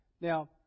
Now